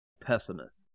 pessimist